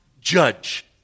judge